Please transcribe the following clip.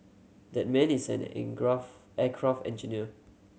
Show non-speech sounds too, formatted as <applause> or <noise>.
that man is an <unintelligible> aircraft engineer